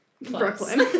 Brooklyn